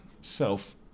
self